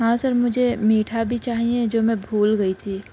ہاں سر مجھے میٹھا بھی چاہیے جو میں بھول گئی تھی